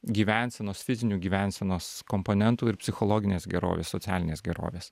gyvensenos fizinių gyvensenos komponentų ir psichologinės gerovės socialinės gerovės